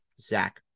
Zach